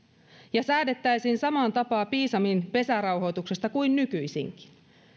ja säädettäisiin samaan tapaan piisamin pesärauhoituksesta kuin nykyisinkin